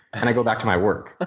and i go back to my work. ah